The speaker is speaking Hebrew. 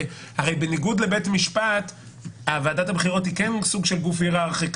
הרי בניגוד לבית המשפט ועדת הבחירות היא כן סוג של גוף היררכי,